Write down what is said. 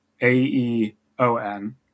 A-E-O-N